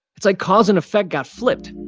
it's like cause and effect got flipped.